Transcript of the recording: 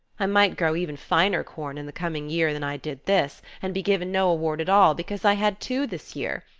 i might grow even finer corn in the coming year than i did this, and be given no award at all, because i had two this year.